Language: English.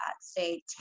say